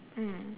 mm